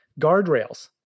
guardrails